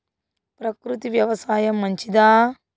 ప్రకృతి వ్యవసాయం మంచిదా?